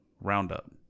Roundup